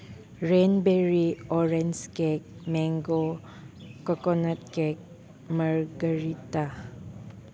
rain berry orange cake mango coconut cake margarita